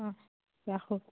অঁ ৰাখোঁ